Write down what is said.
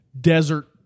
desert